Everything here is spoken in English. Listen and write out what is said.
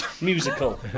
Musical